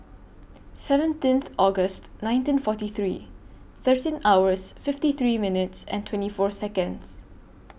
seventeenth August nineteen forty three thirteen hours fifty three minutes and twenty four Seconds